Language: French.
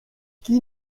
qui